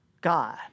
God